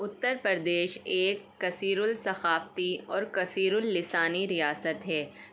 اتر پردیش ایک کثیر الثقافتی اور کثیر السانی ریاست ہے